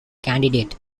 candidate